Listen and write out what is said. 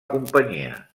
companyia